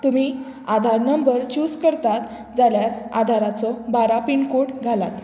तुमी Aadhaar number choose करतात जाल्यार आदाराचो बारा पिनकोड घालात